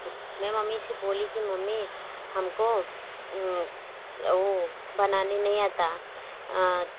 मैं मम्मी से बोली कि मम्मी हमको वो बनाने नहीं आता